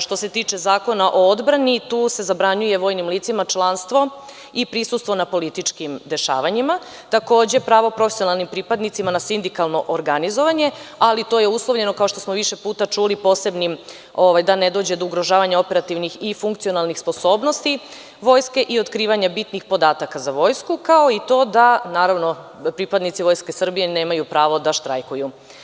Što se tiče Zakona o odbrani tu se zabranjuje vojnim licima članstvo i prisustvo na političkim dešavanjima, takođe pravo profesionalnim pripadnicima na sindikalno organizovanje, ali to je uslovljeno kao što smo više puta čuli posebnim, da ne dođe do ugrožavanja operativnih i funkcionalnih sposobnosti Vojske i otkrivanje bitnih podataka za Vojsku, kao i to da naravno, pripadnici Vojske Srbije nemaju pravo da štrajkuju.